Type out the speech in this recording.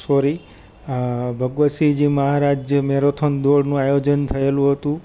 શોરી Bhagwat Sinh Maharaj marathon દોડનું આયોજન થયેલું હતું